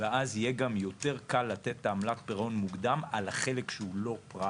ואז יהיה גם יותר קל לתת את העמלת פירעון מוקדם על החלק שהוא לא פריים.